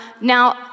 Now